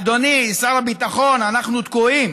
אדוני שר הביטחון, אנחנו תקועים.